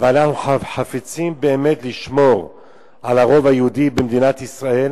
ואנחנו חפצים באמת לשמור על הרוב היהודי במדינת ישראל,